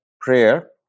prayer